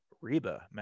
Reba